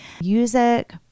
music